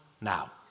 now